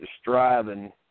striving